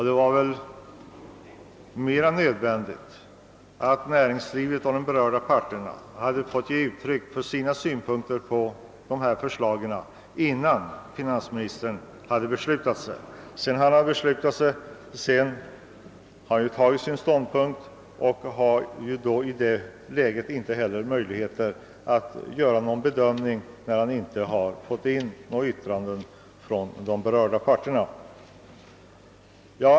Det hade väl varit önskvärt att näringslivet och de berörda parterna fått ge utiryck för sina synpunkter på dessa förslag innan finansministern hade beslutat sig. Finansministern kan ju inte ha gjort nå gon bedömning av dessa synpunkter innan han fattade sitt beslut, eftersom han då inte hade fått in något yttrande från de berörda parterna.